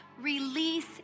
release